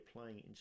playing